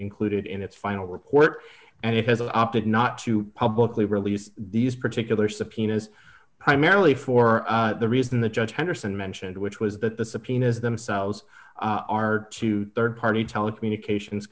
included in its final report and it has opted not to publicly release these particular subpoenas primarily for the reason the judge henderson mentioned which was that the subpoenas themselves are to rd party telecommunications